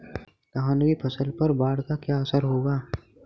धान की फसल पर बाढ़ का क्या असर होगा?